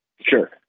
Sure